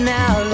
now